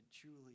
truly